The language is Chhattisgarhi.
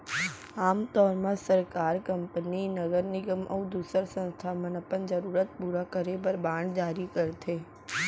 आम तौर म सरकार, कंपनी, नगर निगम अउ दूसर संस्था मन अपन जरूरत पूरा करे बर बांड जारी करथे